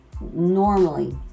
normally